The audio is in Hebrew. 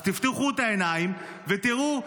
אז תפתחו את העיניים ותראו,